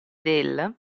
del